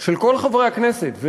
של כל חברי הכנסת.